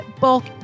bulk